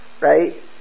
right